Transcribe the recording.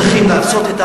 הייתם צריכים לעשות את,